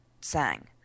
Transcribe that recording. sang